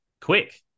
Quick